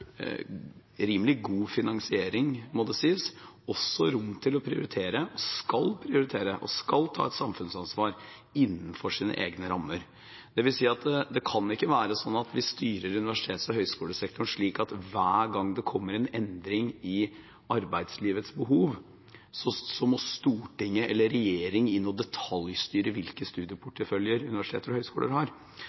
rimelig god finansiering – må det sies – også rom til å prioritere, og de skal prioritere, skal ta et samfunnsansvar, innenfor sine egne rammer. Det vil si at det kan ikke være slik at vi styrer universitets- og høyskolesektoren slik at hver gang det kommer en endring i arbeidslivets behov, må Stortinget eller regjeringen inn og detaljstyre hvilke studieporteføljer universiteter og høyskoler